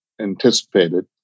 anticipated